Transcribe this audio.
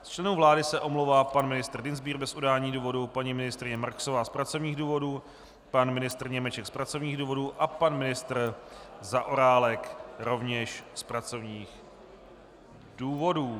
Z členů vlády se omlouvá pan ministr Dienstbier bez udání důvodu, paní ministryně Marksová z pracovních důvodů, pan ministr Němeček z pracovních důvodů a pan ministr Zaorálek rovněž z pracovních důvodů.